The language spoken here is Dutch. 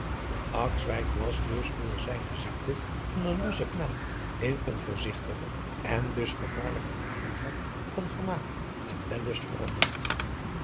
was dus door zijne ziekte van een lossen knaap in een voorzigtiger en dus gevaarlijker najager adriaan loosjes pzn het leven van hillegonda buisman van vermaak en wellust veranderd